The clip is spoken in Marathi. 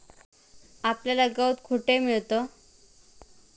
आपल्याला गवत कुठे मिळतं?